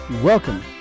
Welcome